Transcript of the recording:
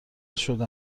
شده